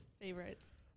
Favorites